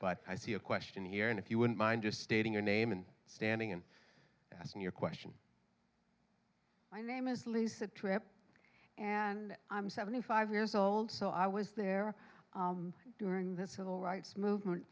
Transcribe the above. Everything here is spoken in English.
but i see a question here and if you wouldn't mind just stating your name and standing and asking your question my name is lisa tripp and i'm seventy five years old so i was there during the civil rights movement